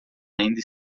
ainda